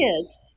kids